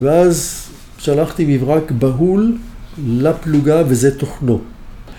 ‫ואז שלחתי מברק בהול לפלוגה, ‫וזה תוכנו.